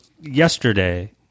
yesterday